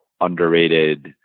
underrated